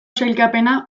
sailkapena